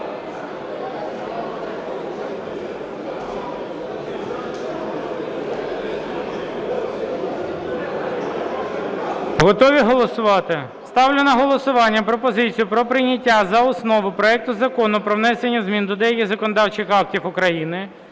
Готові голосувати? Ставлю на голосування пропозицію про прийняття за основу проекту Закону про внесення змін до деяких законодавчих актів України